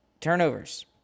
Turnovers